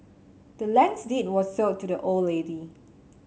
the land's deed was sold to the old lady